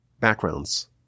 backgrounds